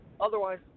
otherwise